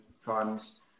funds